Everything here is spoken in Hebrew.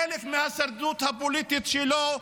כחלק מההישרדות הפוליטית שלו,